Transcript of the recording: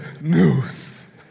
news